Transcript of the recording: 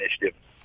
initiative